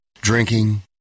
Drinking